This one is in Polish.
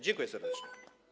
Dziękuję serdecznie.